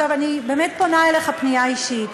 אני באמת פונה אליך פנייה אישית.